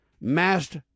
Masked